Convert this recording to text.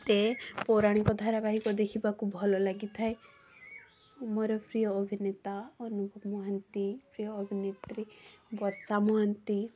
ମତେ ପୌରାଣିକ ଧାରାବାହିକ ଦେଖିବାକୁ ଭଲ ଲାଗିଥାଏ ମୋର ପ୍ରିୟ ଅଭିନେତା ଅନୁଭବ ମହାନ୍ତି ପ୍ରିୟ ଅଭିନେତ୍ରୀ ବର୍ଷା ମହାନ୍ତି